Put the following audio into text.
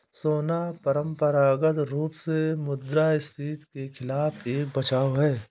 सोना परंपरागत रूप से मुद्रास्फीति के खिलाफ एक बचाव है